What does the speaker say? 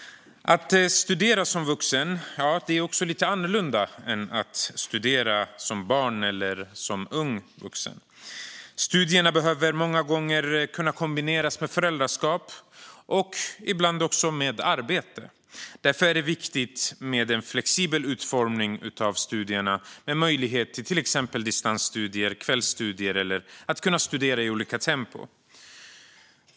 Att studera som vuxen är också lite annorlunda än att studera som barn eller som ung vuxen. Studierna behöver många gånger kunna kombineras med föräldraskap och ibland också med arbete. Därför är det viktigt med en flexibel utformning av studierna med möjligheter till exempelvis distansstudier, kvällsstudier eller studier i olika tempo.